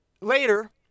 Later